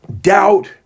doubt